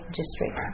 district